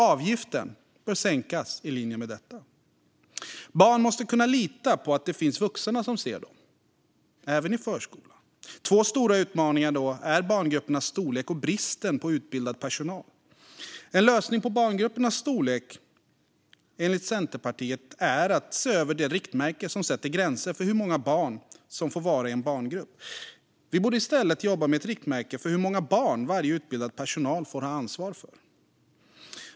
Avgiften bör sänkas i linje med detta. Barn måste kunna lita på att det finns vuxna som ser dem även i förskolan. Två stora utmaningar är då barngruppernas storlek och bristen på utbildad personal. En lösning på barngruppernas storlek enligt Centerpartiet är att se över det riktmärke som sätter gränser för hur många barn som får vara i en barngrupp. Vi borde i stället jobba med ett riktmärke för hur många barn som varje utbildad personal får ha ansvar för.